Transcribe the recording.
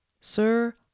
Sir